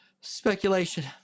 Speculation